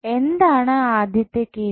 എന്താണ് ആദ്യത്തെ കേസ്